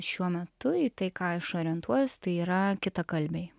šiuo metu į tai ką aš orientuojuos tai yra kitakalbiai